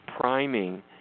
priming